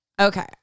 okay